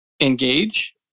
engage